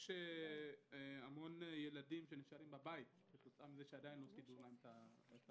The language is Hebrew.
יש המון ילדים שנשארים בבית כתוצאה מכך שעדיין לא קיבלו פתרון.